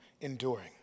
enduring